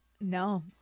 no